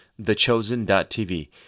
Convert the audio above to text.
thechosen.tv